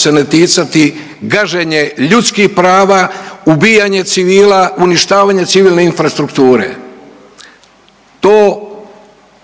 se ne ticati gaženje ljudskih prava, ubijanje civila, uništavanje civilne infrastrukture. To